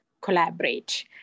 collaborate